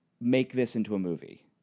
make-this-into-a-movie